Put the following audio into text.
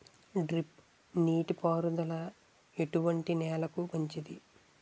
Drip నీటి పారుదల ఎటువంటి నెలలకు మంచిది?